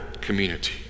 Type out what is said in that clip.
community